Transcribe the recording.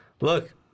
look